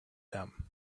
them